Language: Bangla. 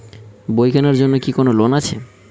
বই কেনার জন্য কি কোন লোন আছে?